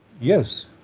Yes